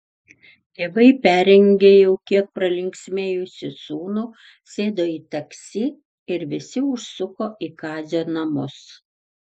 tėvai perrengė jau kiek pralinksmėjusį sūnų sėdo į taksi ir visi užsuko į kazio namus